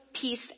peace